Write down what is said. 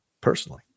personally